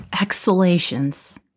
exhalations